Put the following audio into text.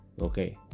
okay